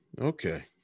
Okay